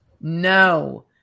no